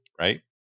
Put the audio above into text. right